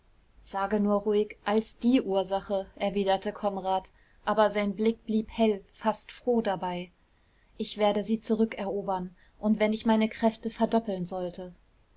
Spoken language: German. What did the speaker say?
sage nur ruhig als die ursache erwiderte konrad aber sein blick blieb hell fast froh dabei ich werde sie zurückerobern und wenn ich meine kräfte verdoppeln sollte